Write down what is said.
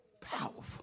Powerful